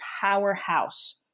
powerhouse